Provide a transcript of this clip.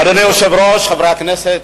אדוני היושב-ראש, חברי הכנסת,